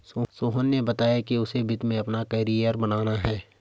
सोहन ने बताया कि उसे वित्त में अपना कैरियर बनाना है